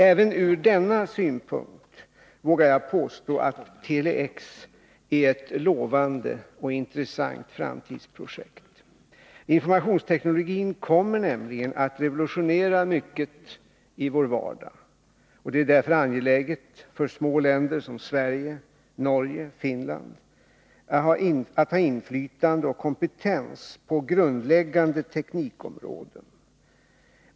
Även ur denna synpunkt vågar jag påstå att Tele-X är ett lovande och intressant framtidsprojekt. Informationsteknologin kommer nämligen att revolutionera mycket i vår vardag, och det är därför angeläget för små länder som Sverige, Norge och Finland att ha inflytande och kompetens på grundläggande teknikområden.